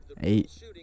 Eight